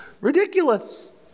ridiculous